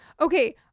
Okay